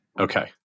Okay